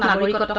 um political but